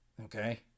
Okay